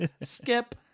skip